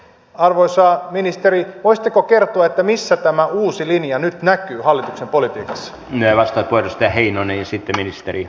arvoisa ministeri voisitteko kertoa missä tämä uusi linja nyt näkyy hallituksen politiikassa ja vastatodiste heinonen esitti ministeri